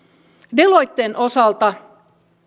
deloitten osalta